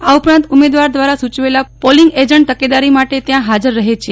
આ ઉપરાંત ઉમેદવાર દ્વારા સૂચવેલા પોલીંગ એજન્ટ તકેદારી માટે ત્યાં હાજર રહે છે